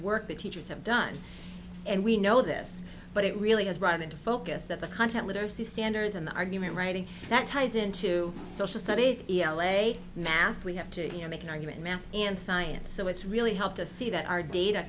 work that teachers have done and we know this but it really has run into focus that the content literacy standards and the argument writing that ties into social studies l a math we have to make an argument math and science so it's really helped us see that our data